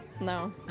No